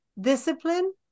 discipline